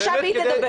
עכשיו היא תדבר.